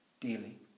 daily